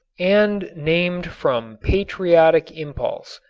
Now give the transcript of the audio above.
and named from patriotic impulse,